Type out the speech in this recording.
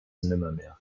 nimmermehr